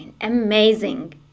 amazing